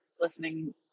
listening